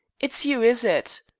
it's you, is it?